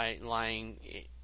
lying